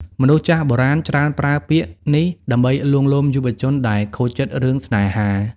មនុស្សចាស់បុរាណច្រើនប្រើពាក្យនេះ ដើម្បីលួងលោមយុវជនដែលខូចចិត្តរឿងស្នេហា។